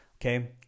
Okay